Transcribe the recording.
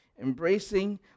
Embracing